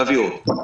תביאו אותו.